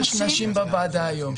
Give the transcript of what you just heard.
יש שש נשים בוועדה היום.